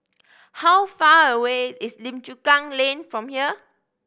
how far away is Lim Chu Kang Lane from here